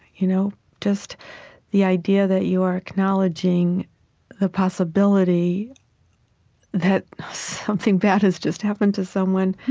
you know just the idea that you are acknowledging the possibility that something bad has just happened to someone,